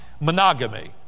monogamy